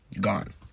Gone